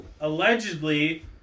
allegedly